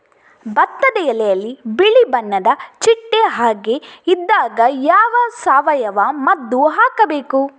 ಭತ್ತದ ಎಲೆಯಲ್ಲಿ ಬಿಳಿ ಬಣ್ಣದ ಚಿಟ್ಟೆ ಹಾಗೆ ಇದ್ದಾಗ ಯಾವ ಸಾವಯವ ಮದ್ದು ಹಾಕಬೇಕು?